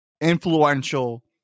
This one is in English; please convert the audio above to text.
influential